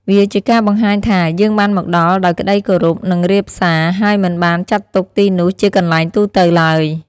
វាជាការបង្ហាញថា យើងបានមកដល់ដោយក្តីគោរព និងរាបសា ហើយមិនបានចាត់ទុកទីនោះជាកន្លែងទូទៅឡើយ។